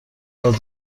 داد